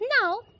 Now